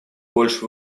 больше